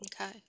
okay